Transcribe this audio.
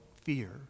fear